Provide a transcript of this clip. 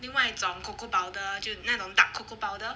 另外一种 cocoa powder 就那种 dark cocoa powder